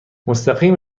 مستقیم